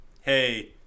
hey